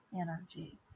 energy